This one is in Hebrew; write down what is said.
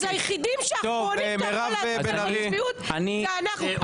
אז האחרונים שאתה יכול להטיף להם על צביעות זה אנחנו.